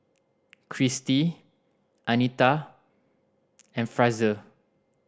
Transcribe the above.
Kirstie Anita and Frazier